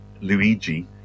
Luigi